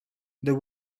there